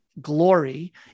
glory